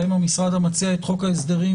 שהם המשרד שמציע את חוק ההסדרים,